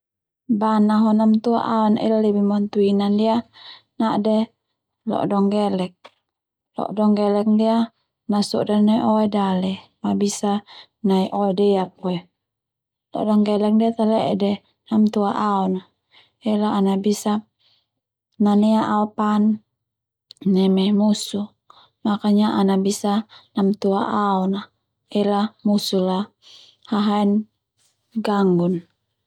Bana ho namtua aon ela lebih mantua Ina ndia nade lo'dongelek, lo'dongelek ndia nasoda nai oe dale ma bisa nai oe deak boe. Lo'dongelek ndia tale'e de namtua aon a ela ana bisa nanea aopan neme musuh makanya ana bisa namtua aon a ela musuh hahaen gangun.